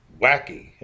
wacky